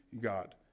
God